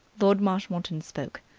lord marshmoreton spoke.